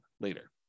later